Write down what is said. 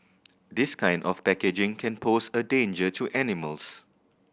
this kind of packaging can pose a danger to animals